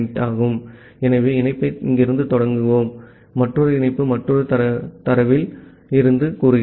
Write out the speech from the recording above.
ஆகவே இணைப்பை இங்கிருந்து தொடங்குவோம் மற்றொரு இணைப்பு மற்றொரு தாவலில் இருந்து கூறுகிறது